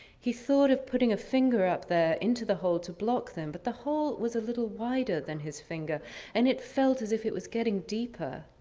he thought of putting a finger up there into the hole to block them, but the hole was a little wider than his finger and it felt as if it was getting deeper.